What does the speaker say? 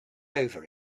over